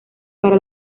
para